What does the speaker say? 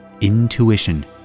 Intuition